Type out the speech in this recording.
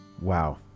Wow